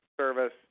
service